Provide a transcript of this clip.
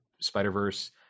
Spider-Verse